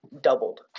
doubled